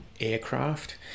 aircraft